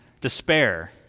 despair